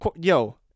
yo